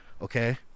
okay